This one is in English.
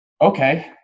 Okay